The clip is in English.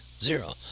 Zero